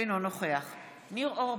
אינו נוכח ניר אורבך,